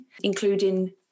Including